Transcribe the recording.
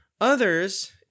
others